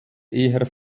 eher